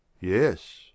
Yes